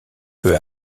peu